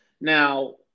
Now